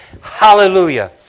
Hallelujah